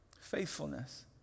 Faithfulness